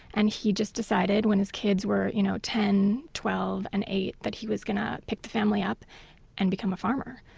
and he just decided when his kids were you know ten, twelve and eight that he was going to pick the family up and become a farmer.